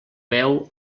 veu